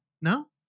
no